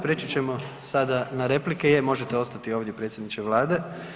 Priječi ćemo smo sada na replike, je možete ostati ovdje predsjedniče Vlade.